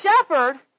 shepherd